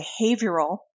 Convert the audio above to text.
behavioral